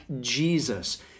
Jesus